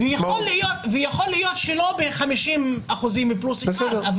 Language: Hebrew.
יכול להיות שלא ב-50 אחוזים פלוס אחד.